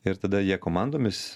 ir tada jie komandomis